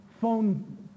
phone